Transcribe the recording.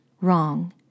Wrong